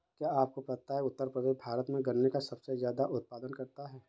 क्या आपको पता है उत्तर प्रदेश भारत में गन्ने का सबसे ज़्यादा उत्पादन करता है?